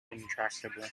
intractable